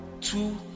two